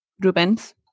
Ruben's